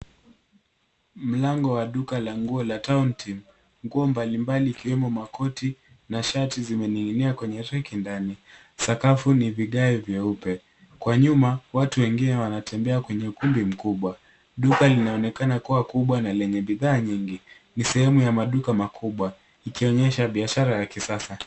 Mlango wa duka la nguo wa Tauntim. Nguo mbalimbali ikiwomo makoti na shati zimening'inia kwenye reki ndani. Sakafu ni vigae vyeupe. Kwa nyuma watu wengine wanatembea kwenye ukumbi mkubwa. Duka inaonekana kuwa kubwa na lenye bidhaa nyingi. Ni sehemu ya maduka makubwa ikionyesha biashara ya kisasa.